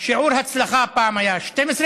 שיעור הצלחה היה פעם 12%,